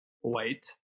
white